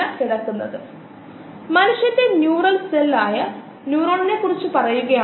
cellulose നമുക്ക് ചുറ്റുമുള്ള എല്ലാ വിറകിലും സെല്ലുലോസ് അതുപോലെ ലിഗ്നോ സെല്ലുലോസിക് വസ്തുക്കൾ അടങ്ങിയിരിക്കുന്നു